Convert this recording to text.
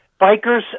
Bikers